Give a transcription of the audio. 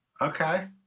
Okay